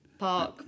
Park